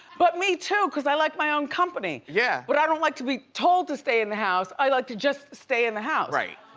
but me too, cause i like my own company. yeah. but i don't like to be told to stay in the house, i like to just stay in the house. right.